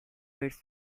its